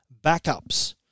backups